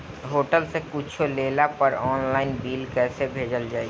Hotel से कुच्छो लेला पर आनलाइन बिल कैसे भेजल जाइ?